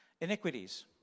Iniquities